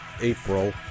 April